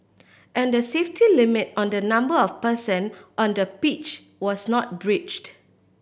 and the safety limit on the number of person on the pitch was not breached